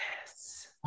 Yes